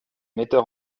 metteur